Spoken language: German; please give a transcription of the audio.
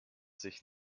sich